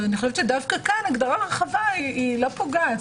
אז אני חושבת שדווקא כאן הגדרה רחבה לא פוגעת.